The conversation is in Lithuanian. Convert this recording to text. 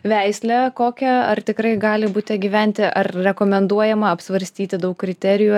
veislę kokią ar tikrai gali bute gyventi ar rekomenduojama apsvarstyti daug kriterijų